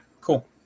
cool